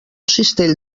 cistell